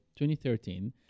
2013